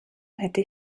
hätte